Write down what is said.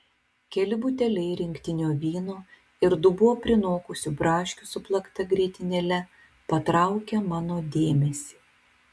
keli buteliai rinktinio vyno ir dubuo prinokusių braškių su plakta grietinėle patraukia mano dėmesį